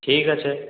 ঠিক আছে